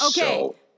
Okay